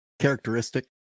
Characteristic